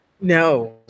No